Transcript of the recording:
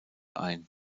ein